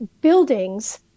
buildings